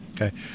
Okay